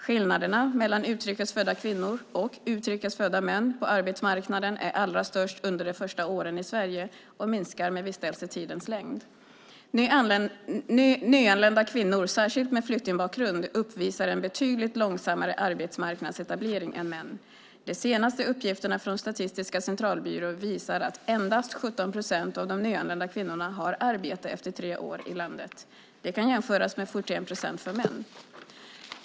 Skillnaderna mellan utrikes födda kvinnor och utrikes födda män på arbetsmarknaden är allra störst under de första åren i Sverige och minskar med vistelsetidens längd. Nyanlända kvinnor, särskilt med flyktingbakgrund, uppvisar en betydligt långsammare arbetsmarknadsetablering än män. De senaste uppgifterna från Statistiska centralbyrån visar att endast 17 procent av de nyanlända kvinnorna har arbete efter tre år i landet. Det kan jämföras med 41 procent för män.